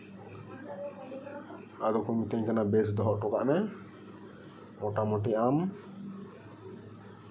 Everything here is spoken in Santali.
ᱟᱫᱚ ᱠᱚ ᱢᱤᱛᱟᱹᱧ ᱠᱟᱱᱟ ᱵᱮᱥ ᱫᱚᱦᱚ ᱦᱚᱴᱚ ᱠᱟᱜ ᱢᱮ ᱢᱳᱴᱟ ᱢᱩᱴᱤ ᱟᱢ